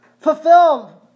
Fulfill